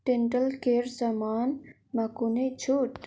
dental care सामानमा कुनै छुट